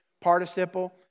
participle